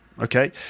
okay